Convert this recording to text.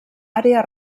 àrea